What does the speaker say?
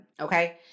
okay